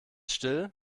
still